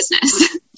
business